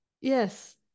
Yes